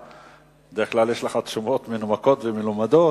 בדרך כלל יש לך תשובות מנומקות ומלומדות.